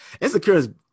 Insecure